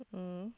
mm